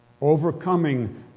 Overcoming